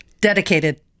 Dedicated